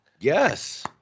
yes